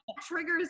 triggers